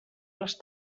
les